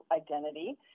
identity